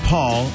Paul